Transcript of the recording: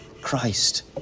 Christ